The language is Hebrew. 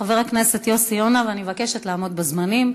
חבר הכנסת יוסי יונה, ואני מבקשת לעמוד בזמנים.